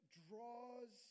draws